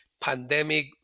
pandemic